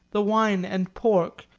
the wine and pork,